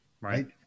right